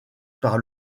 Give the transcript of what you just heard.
par